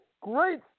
Great